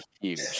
huge